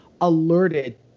alerted